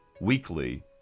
weekly